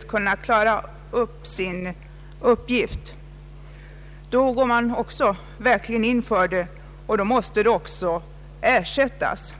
går man verkligen in för sin uppgift, och det bör också ersättas.